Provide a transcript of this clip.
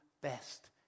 best